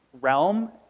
realm